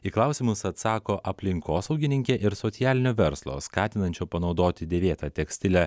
į klausimus atsako aplinkosaugininkė ir socialinio verslo skatinančio panaudoti dėvėta tekstilę